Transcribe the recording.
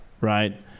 right